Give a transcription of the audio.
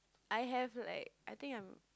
I have like I think I'm